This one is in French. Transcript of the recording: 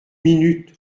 minute